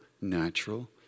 natural